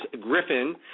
Griffin